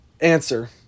answer